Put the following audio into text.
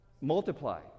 multiply